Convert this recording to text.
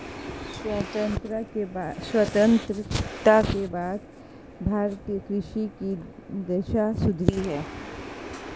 स्वतंत्रता के बाद भारतीय कृषि की दशा सुधरी है